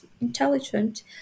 intelligent